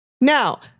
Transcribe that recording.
Now